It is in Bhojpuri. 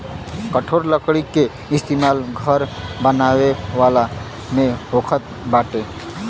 कठोर लकड़ी के इस्तेमाल घर बनावला में होखत बाटे